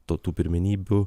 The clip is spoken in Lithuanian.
tautų pirmenybių